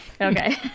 Okay